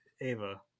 Ava